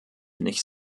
nicht